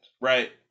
right